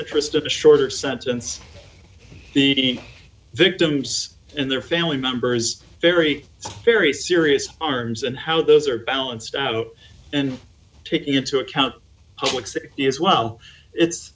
interest of a shorter sentence the victims and their family members very very serious arms and how those are balanced out and take you to account public safety as well it's